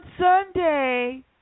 Sunday